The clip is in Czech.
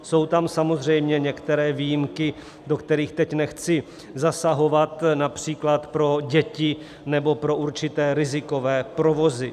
Jsou tam samozřejmě některé výjimky, do kterých teď nechci zasahovat, například pro děti nebo pro určité rizikové provozy.